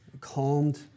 calmed